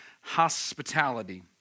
hospitality